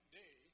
day